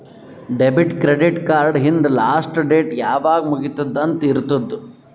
debit, credit card ಹಿಂದ್ last date ಯಾವಾಗ್ ಮುಗಿತ್ತುದ್ ಅಂತ್ ಇರ್ತುದ್